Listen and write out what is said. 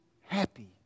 happy